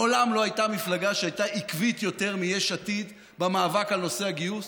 מעולם לא הייתה מפלגה שהייתה עקבית יותר מיש עתיד במאבק על נושא הגיוס,